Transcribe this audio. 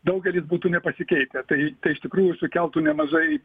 daugelis būtų nepasikeitę tai tai iš tikrųjų sukeltų nemažai